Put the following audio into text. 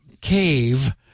cave